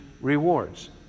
rewards